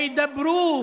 וידברו,